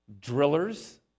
drillers